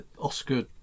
Oscar